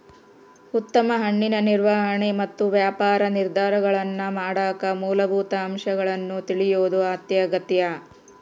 ಉತ್ತಮ ಹಣ್ಣಿನ ನಿರ್ವಹಣೆ ಮತ್ತು ವ್ಯಾಪಾರ ನಿರ್ಧಾರಗಳನ್ನಮಾಡಕ ಮೂಲಭೂತ ಅಂಶಗಳನ್ನು ತಿಳಿಯೋದು ಅತ್ಯಗತ್ಯ